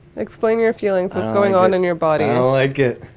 explain your feelings. what's going on in your body? oh, i get